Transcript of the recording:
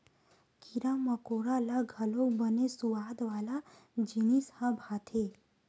कीरा मकोरा ल घलोक बने सुवाद वाला जिनिस ह भाथे